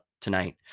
tonight